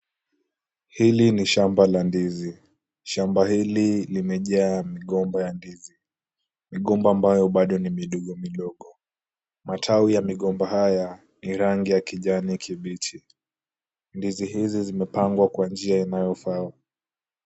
Hili ni shamba la ndizi. shamba hili limejaa migomba ya ndizi. Migomba ambayo bado ni midogo midogo. Matawi ya migomba haya ni rangi ya kijani kibichi. Ndizi hizi zimepangwa kwa njia inayo faa.